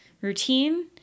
routine